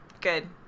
Good